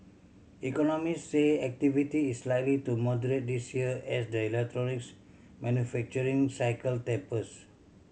economists say activity is likely to moderate this year as the electronics manufacturing cycle tapers